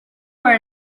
were